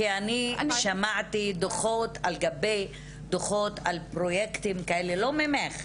כי אני שמעתי דוחות על גבי דוחות על פרויקטים כאלה לא ממך,